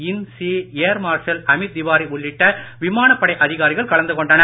இன் C air marshal Amit Tiwari உள்ளிட்ட விமான படை அதிகாரிகள் கலந்து கொண்டனர்